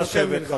נא לשבת,